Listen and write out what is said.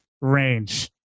range